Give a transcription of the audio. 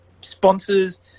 sponsors